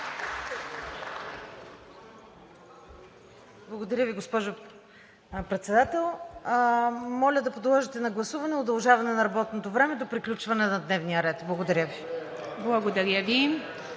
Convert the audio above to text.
Благодаря Ви, госпожо Председател. Моля да подложите на гласуване удължаване на работното време до приключване на дневния ред. Благодаря Ви. ПРЕДСЕДАТЕЛ